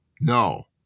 No